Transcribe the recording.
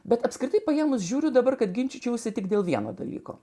bet apskritai paėmus žiūriu dabar kad ginčyčiausi tik dėl vieno dalyko